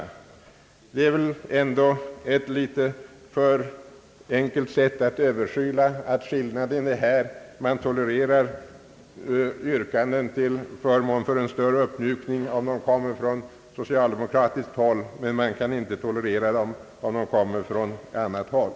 Detta är väl ändå ett för enkelt sätt att överskyla att skillnaden är: man tolererar yrkanden om en större uppmjukning om de kommer från socialdemokratiskt håll, men man kan inte tolerera dem om de kommer från annat håll.